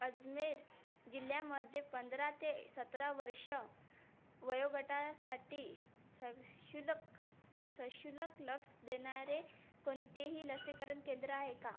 अजमेर जिल्ह्यामध्ये पंधरा ते सतरा वर्ष वयोगटासाठी सशुल्क सशुल्क लस देणारे कोणतेही लसीकरण केंद्र आहे का